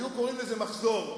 היו קוראים לזה מחזור,